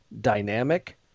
dynamic